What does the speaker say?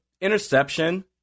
interception